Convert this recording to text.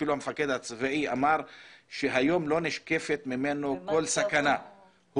אפילו המפקד הצבאי אמר שהיום לא נשקפת ממנו כל סכנה,